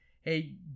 Hey